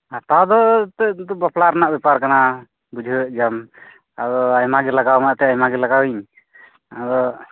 ᱦᱟᱛᱟᱣ ᱫᱚ ᱮᱱᱛᱮᱫ ᱵᱟᱯᱞᱟ ᱨᱮᱱᱟᱜ ᱵᱮᱯᱟᱨ ᱠᱟᱱᱟ ᱵᱩᱡᱷᱟᱹᱣ ᱮᱫ ᱜᱮᱭᱟᱢ ᱟᱫᱚ ᱟᱭᱢᱟᱜᱮ ᱞᱟᱜᱟᱣ ᱢᱟᱛᱚ ᱟᱭᱢᱟ ᱜᱮ ᱞᱟᱜᱟᱣ ᱤᱧ ᱟᱫᱚ